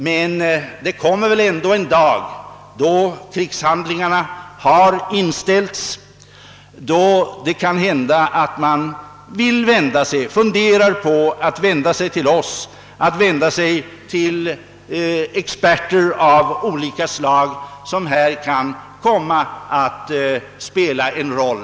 Men den dag kommer väl ändå då krigshandlingarna har inställts och då det kan hända att parterna funderar på att vända sig till oss för att få experter av olika slag, experter som kan komma att spela en stor roll.